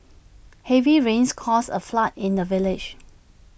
heavy rains caused A flood in the village